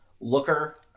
Looker